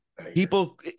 people